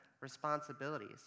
responsibilities